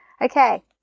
Okay